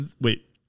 Wait